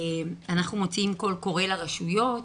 אנחנו מוצאים קול קורא לרשויות.